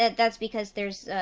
that's because there's,